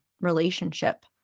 relationship